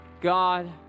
God